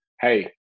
hey